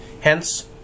Hence